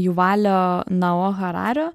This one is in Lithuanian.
juvalio nao harario